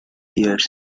ears